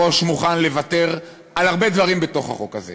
גם אני הייתי מוכן מראש לוותר על הרבה דברים בתוך החוק הזה.